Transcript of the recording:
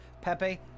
Pepe